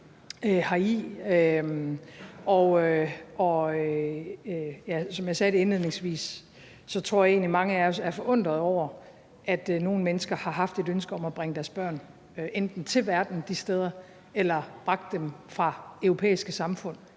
som jeg sagde indledningsvis, tror jeg egentlig, at mange af os er forundret over, at nogle mennesker enten har haft et ønske om at bringe deres børn til verden de steder eller har bragt dem dertil fra europæiske samfund.